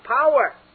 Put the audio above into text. power